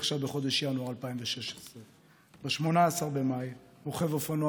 אשר התרחשה בחודש ינואר 2016. ב-18 במאי רוכב אופנוע